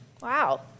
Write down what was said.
wow